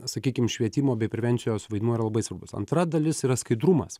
sakykim švietimo bei prevencijos vaidmuo yra labai svarbus antra dalis yra skaidrumas